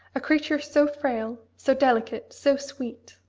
a creature so frail, so delicate, so sweet.